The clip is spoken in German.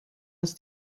ist